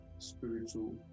spiritual